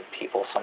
people